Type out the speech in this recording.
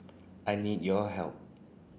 I need your help